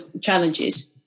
challenges